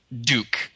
Duke